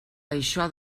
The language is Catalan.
això